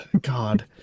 god